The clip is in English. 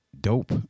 dope